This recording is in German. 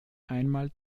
einmal